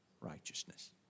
Righteousness